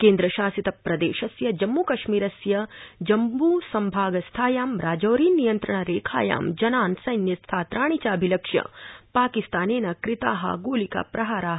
केन्द्रशासितप्रदेशस्य जम्मुकश्मीरस्य जम्म्सम्भागस्थायां राजौरी नियन्त्रणरेखायां जना सैन्यस्थात्राणि चाभिलक्ष्य पाकिस्तानेन कृता गोलिकाप्रहारा